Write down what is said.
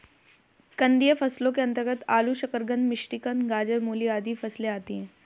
कंदीय फसलों के अंतर्गत आलू, शकरकंद, मिश्रीकंद, गाजर, मूली आदि फसलें आती हैं